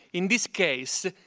in this case,